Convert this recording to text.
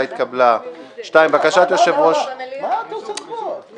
ועדת חוקה, אתם רוצים לומר על זה משהו?